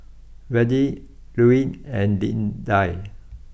Virdie Louie and Lidia